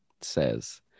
says